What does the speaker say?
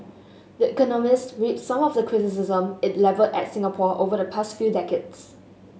the Economist some of the criticism it levelled at Singapore over the past few decades